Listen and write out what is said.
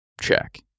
Check